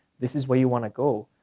this is where you wanna go.